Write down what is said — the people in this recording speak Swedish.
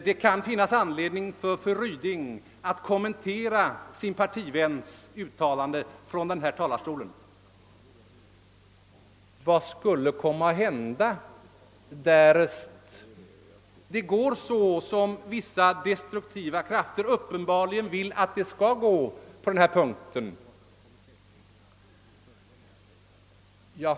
Det kan finnas anledning för fru Ryding att från denna talarstol kommentera sin partiväns yttrande. Vad kommer att hända, därest det går så som vissa destruktiva krafter uppenbarligen vill att det skall gå i detta sammanhang?